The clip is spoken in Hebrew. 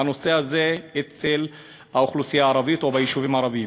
בנושא הזה אצל האוכלוסייה הערבית וביישובים הערביים.